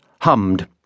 hummed